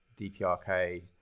dprk